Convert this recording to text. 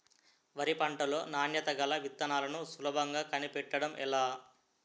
వరి పంట లో నాణ్యత గల విత్తనాలను సులభంగా కనిపెట్టడం ఎలా?